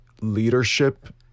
leadership